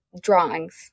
drawings